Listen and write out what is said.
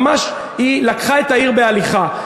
ממש היא לקחה את העיר בהליכה.